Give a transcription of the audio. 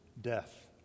death